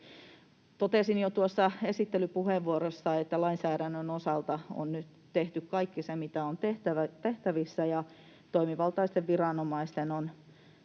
Totesin jo tuossa esittelypuheenvuorossa, että lainsäädännön osalta on nyt tehty kaikki se, mitä on tehtävissä, ja toimivaltaisten viranomaisten